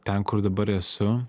ten kur dabar esu